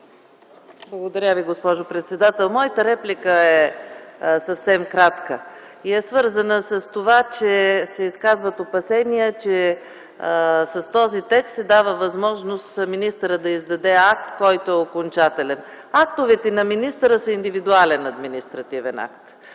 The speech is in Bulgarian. Благодаря Ви, госпожо председател. Моята реплика е съвсем кратка и е свързана с това, че се изказват опасения, че с този текст се дава възможност министърът да издаде акт, който е окончателен. Актовете на министъра са индивидуален административен акт.